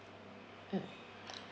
mm